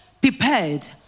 prepared